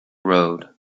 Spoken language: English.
road